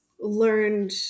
learned